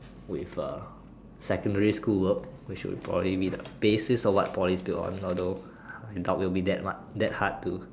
with err secondary school work which will probably be the basis of what poly's be on although I doubt it will be that much that hard to